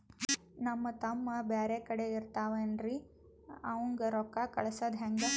ನಮ್ ತಮ್ಮ ಬ್ಯಾರೆ ಕಡೆ ಇರತಾವೇನ್ರಿ ಅವಂಗ ರೋಕ್ಕ ಕಳಸದ ಹೆಂಗ?